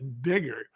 bigger